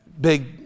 Big